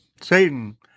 Satan